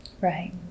Right